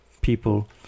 people